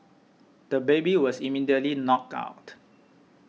the baby was immediately knocked out